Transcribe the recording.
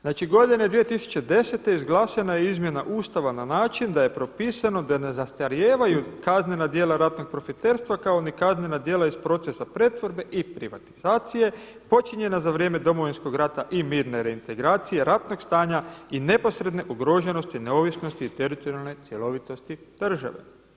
Znači godine 2010. izglasana je izmjena Ustava na način da je propisano da ne zastarijevaju kaznena djela ratnog profiterstva kao niti kaznena djela iz procesa pretvorbe i privatizacije počinjena za vrijeme Domovinskog rata i mirne reintegracije, ratnog stanja i neposredne ugroženosti neovisnosti i teritorijalne cjelovitosti države.